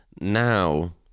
now